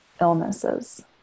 illnesses